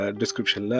description